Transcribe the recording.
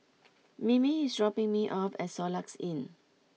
Mimi is dropping me off at Soluxe Inn